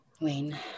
Wayne